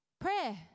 Prayer